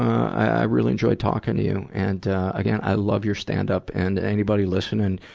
i really enjoyed talking to you. and, ah, again, i love your stand-up. and anybody listening,